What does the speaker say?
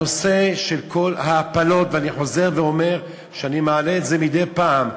הנושא של כל ההפלות ואני חוזר ואומר שאני מעלה את זה מדי פעם,